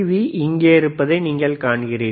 we இங்கே இருப்பதை நீங்கள் காண்கிறீர்கள்